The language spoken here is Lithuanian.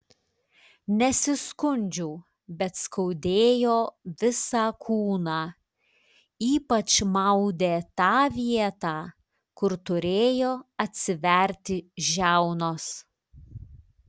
nesiskundžiau bet skaudėjo visą kūną ypač maudė tą vietą kur turėjo atsiverti žiaunos